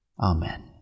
Amen